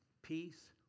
peace